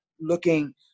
looking